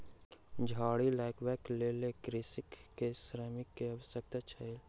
झाड़ी लगबैक लेल कृषक के श्रमिक के आवश्यकता छल